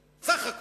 בסמים.